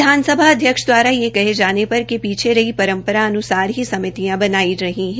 विधानसभा अध्यक्ष दवारा यह कहे जाने पर कि पीछे रही परम्रपा अन्सार ही समितियां बनाई जा रही है